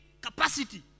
Capacity